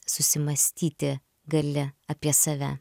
susimąstyti gali apie save